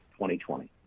2020